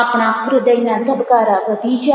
આપણા હૃદયના ધબકારા વધી જાય